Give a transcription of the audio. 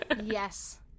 Yes